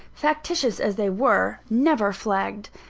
factitious as they were, never flagged.